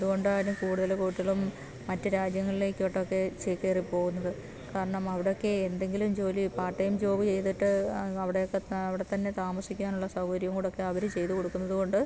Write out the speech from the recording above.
അതുകൊണ്ടാണ് കൂടുതലും കുട്ടികളും മറ്റ് രാജ്യങ്ങളിലോട്ടൊക്കെ ചേക്കേറി പോകുന്നത് കാരണം അവിടൊക്കെ എന്തെങ്കിലും ജോലി പാർട്ട് ടൈം ജോബ് ചെയ്തിട്ട് അവിടെയൊക്കെ അവിടെത്തന്നെ താമസിക്കാനുള്ള സൗകര്യവും കൂടൊക്കെ അവര് ചെയ്തു കൊടുക്കുന്നതുകൊണ്ട്